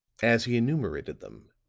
as he enumerated them,